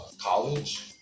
college